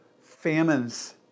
famines